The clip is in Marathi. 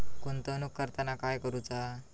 गुंतवणूक करताना काय करुचा?